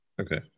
Okay